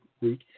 week